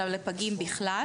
אלא לגבי פגים בכלל,